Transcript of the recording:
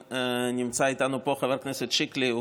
נמצא איתנו פה חבר הכנסת שיקלי,